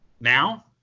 Now